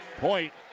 Point